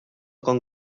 con